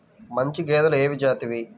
మంచి గేదెలు ఏ జాతివి?